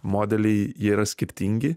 modeliai jie yra skirtingi